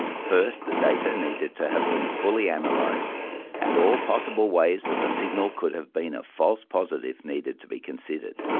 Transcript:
first, the data needed to have been fully analysed and all possible ways that the signal could have been a false positive needed to be considered.